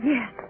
Yes